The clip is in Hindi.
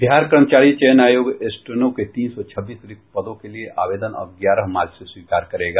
बिहार कर्मचारी चयन आयोग स्टेनों के तीन सौ छब्बीस रिक्त पदों के लिए आवेदन अब ग्यारह मार्च से स्वीकार करेगा